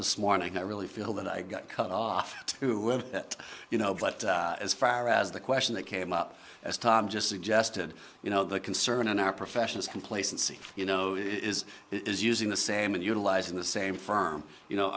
this morning i really feel that i got cut off who you know but as far as the question that came up as tom just suggested you know the concern in our profession is complacency you know is is using the same and utilizing the same firm you know